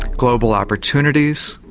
global opportunities,